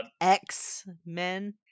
X-Men